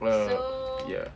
err ya